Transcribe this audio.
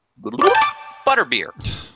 butterbeer